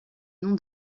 nom